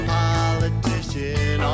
politician